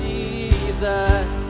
Jesus